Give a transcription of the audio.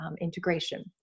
integration